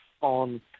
on